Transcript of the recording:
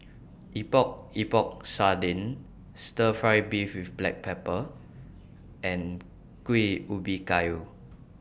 Epok Epok Sardin Stir Fry Beef with Black Pepper and Kuih Ubi Kayu